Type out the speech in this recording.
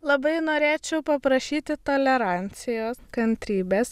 labai norėčiau paprašyti tolerancijos kantrybės